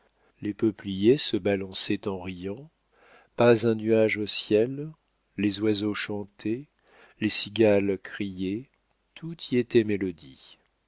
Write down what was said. les peupliers se balançaient en riant pas un nuage au ciel les oiseaux chantaient les cigales criaient tout y était mélodie